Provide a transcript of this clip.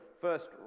first